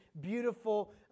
beautiful